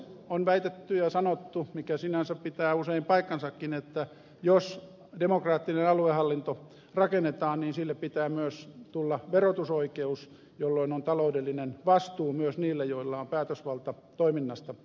on väitetty ja sanottu mikä sinänsä pitää usein paikkansakin että jos demokraattinen aluehallinto rakennetaan sille pitää myös tulla verotusoikeus jolloin on taloudellinen vastuu myös niillä joilla on päätösvalta toiminnasta